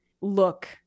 look